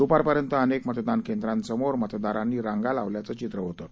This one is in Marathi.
दुपारपर्यंत अनेक मतदान केंद्रासमोर मतदारांनी रांगा लावल्याचं चित्र होतं